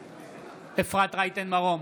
בעד אפרת רייטן מרום,